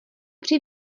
při